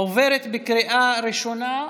עוברת בקריאה ראשונה: